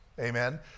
amen